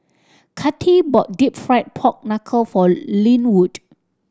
Kathi bought Deep Fried Pork Knuckle for Lynwood